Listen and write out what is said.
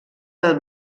del